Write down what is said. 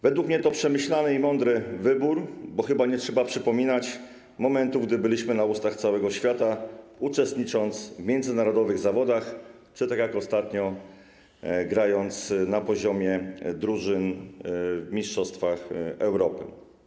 Według mnie to przemyślany i mądry wybór, bo chyba nie trzeba przypominać momentów, gdy byliśmy na ustach całego świata, uczestnicząc w międzynarodowych zawodach czy, tak jak ostatnio, grając na poziomie drużyn w mistrzostwach Europy.